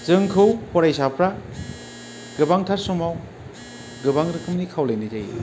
जोंखौ फरायसाफ्रा गोबांथार समाव गोबां रोखोमनि खावलायनाय जायो